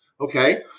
Okay